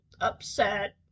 upset